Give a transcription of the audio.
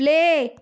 play